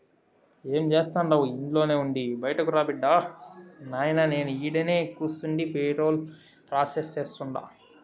ఏం జేస్తండావు ఇంట్లోనే ఉండి బైటకురా బిడ్డా, నాయినా నేను ఈడనే కూసుండి పేరోల్ ప్రాసెస్ సేస్తుండా